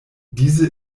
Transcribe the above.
diese